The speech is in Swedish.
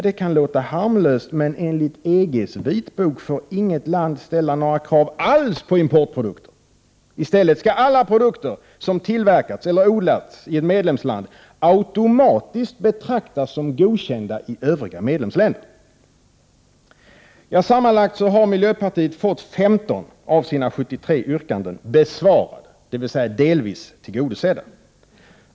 Det kan låta harmlöst, men enligt EG:s vitbok får inget land ställa några krav alls på importprodukter; i stället skall alla produkter som tillverkats eller odlats i ett medlemsland automatiskt betraktas som godkända i övriga medlemsländer. Sammanlagt har miljöpartiet fått 15 av sina 73 yrkanden ”besvarade” dvs. delvis tillgodosedda.